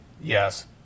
Yes